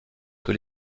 que